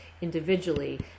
individually